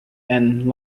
and